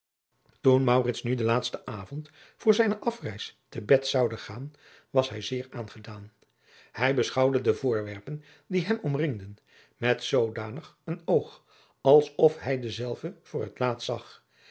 maurits nu den laatsten avond voor zijne afreis te bed zoude gaan was hij zeer aangedaan hij beschouwde de voorwerpen die hem omringden met zoodanig een oog als of hij dezelve voor het laatst zag